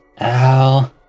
ow